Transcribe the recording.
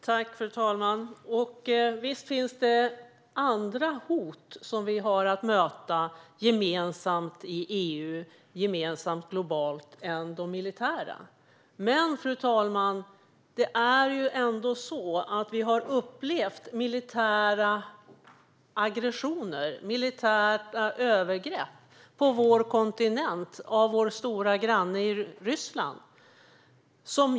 Fru talman! Visst har vi andra hot än militära att möta, gemensamt i EU och gemensamt globalt. Men vi har ändå upplevt militära aggressioner och militära övergrepp av vår stora granne, Ryssland, på vår kontinent.